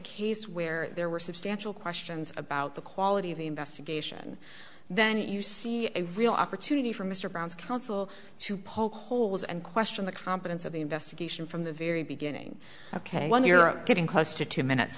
case where there were substantial questions about the quality of the investigation then you see a real opportunity for mr brown's counsel to poke holes and question the competence of the investigation from the very beginning ok when you're getting close to two minutes